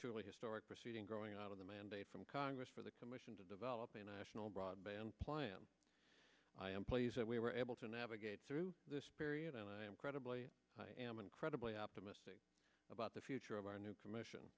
truly historic proceeding growing out of the mandate from congress for the commission to develop a national broadband plan i am pleased that we were able to navigate through this period and i am credibly i am incredibly optimistic about the future of our new commission